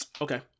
Okay